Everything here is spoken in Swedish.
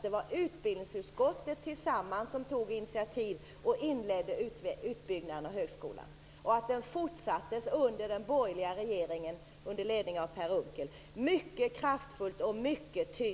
Det var utbildningsutskottet som tog initiativ och inledde utbyggnaden av högskolan. Den fortsatte mycket kraftfullt och mycket tydligt under den borgerliga regeringen under ledning av Per Unckel.